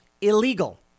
illegal